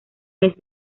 mes